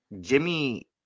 Jimmy